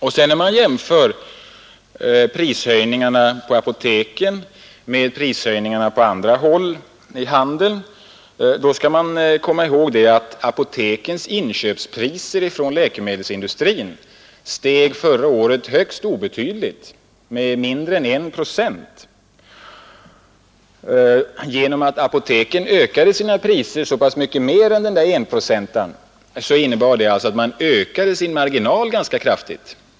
När man sedan jämför prishöjningarna vid apoteken med prishöjningarna på annat håll inom handeln skall man också komma ihåg att apotekens inköpspriser från läkemedelsindustrin förra året steg högst obetydligt, nämligen med mindre än 1 procent. Genom att apoteken höjde sina priser så mycket mer än 1 procent innebar det alltså att man ökade sina marginaler ganska kraftigt.